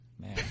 Man